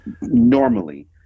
normally